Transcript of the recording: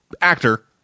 actor